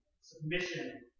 submission